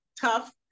tough